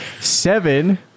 seven